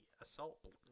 assault